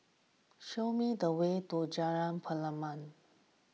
show me the way to Jalan Pernama